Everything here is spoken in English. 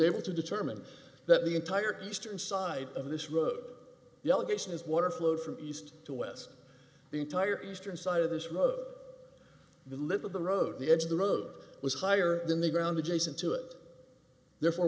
able to determine that the entire eastern side of this road yell addition is water flowed from east to west the entire eastern side of this road the lip of the road the edge of the road was higher than the ground adjacent to it therefor